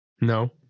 no